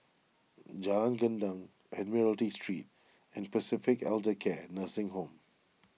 Jalan Gendang Admiralty Street and Pacific Elder Care Nursing Home